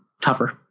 tougher